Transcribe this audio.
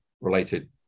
related